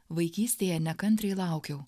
vaikystėje nekantriai laukiau